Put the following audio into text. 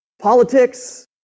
politics